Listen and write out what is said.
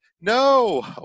no